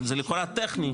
כי זה לכאורה טכני,